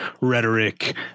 rhetoric